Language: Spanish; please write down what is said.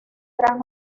gran